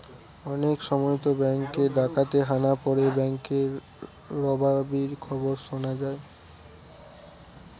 অনেক সময়তো ব্যাঙ্কে ডাকাতের হানা পড়ে ব্যাঙ্ক রবারির খবর শোনা যায়